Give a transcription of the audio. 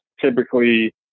Typically